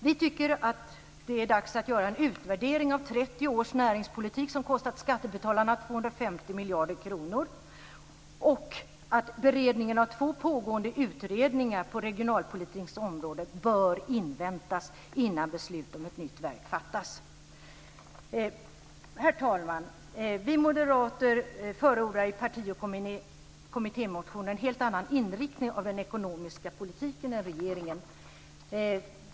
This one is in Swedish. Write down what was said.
Vi tycker att det är dags att göra en utvärdering av 30 års näringspolitik som kostat skattebetalarna 250 miljarder kronor och att beredningen av två pågående utredningar på regionalpolitikens område bör inväntas innan beslut om ett nytt verk fattas. Herr talman! Vi moderater förordar i parti och kommittémotioner en helt annan inriktning av den ekonomiska politiken än regeringen.